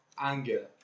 Anger